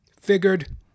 figured